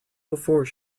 before